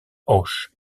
auch